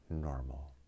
normal